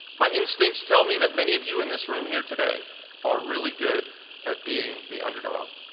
my instincts tell me that many of you in this room here today are really good at being the underdog.